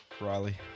Riley